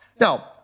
Now